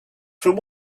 from